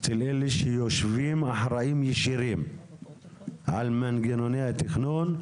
אצל אלה שיושבים והאחראיים ישירים על מנגנוני התכנון,